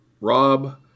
Rob